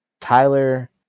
Tyler